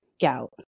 gout